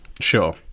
Sure